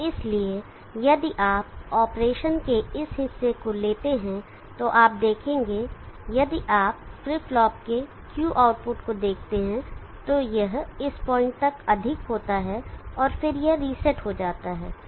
इसलिए यदि आप ऑपरेशन के इस हिस्से को लेते हैं तो आप देखेंगे कि यदि आप फ्लिप फ्लॉप के Q आउटपुट को देखते हैं तो यह इस पॉइंट तक अधिक होता और फिर यह रीसेट हो जाता है